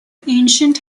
ancient